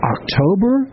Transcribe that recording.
October